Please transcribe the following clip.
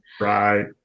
Right